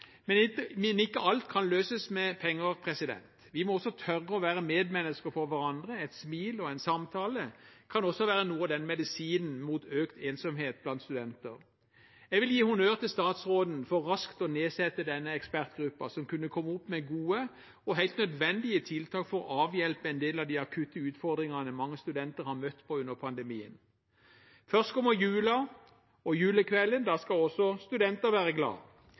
Men ikke alt kan løses med penger. Vi må også tørre å være medmennesker for hverandre. Et smil og en samtale kan også være noe av medisinen mot økt ensomhet blant studenter. Jeg vil gi honnør til statsråden for raskt å nedsette denne ekspertgruppen, som kunne komme opp med gode og helt nødvendige tiltak for å avhjelpe en del av de akutte utfordringene mange studenter har møtt på under pandemien. Først kommer jula, og på julekvelden skal også studenter «være glad».